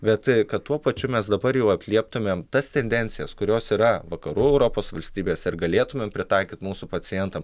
bet e kad tuo pačiu mes dabar jau atlieptumėm tas tendencijas kurios yra vakarų europos valstybėse ir galėtumėm pritaikyt mūsų pacientam